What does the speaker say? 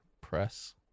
press